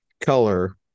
color